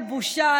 איזו בושה,